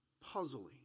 puzzling